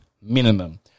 minimum